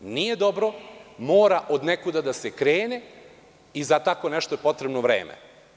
Nije dobro, mora odnekuda da se krene i za tako nešto potrebno je vreme.